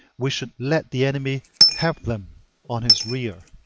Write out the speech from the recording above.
we should let the enemy have them on his rear.